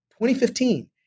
2015